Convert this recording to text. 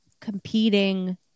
competing